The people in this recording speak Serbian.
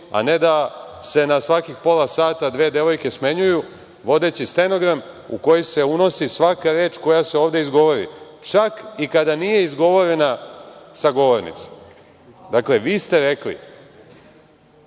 a ne da se na svakih pola sata dve devojke smenjuju vodeći stenogram u koji se unosi svaka reč koja se ovde izgovori, čak i kada nije izgovorena sa govornice. Dakle, vi ste rekli